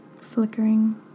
flickering